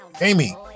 Amy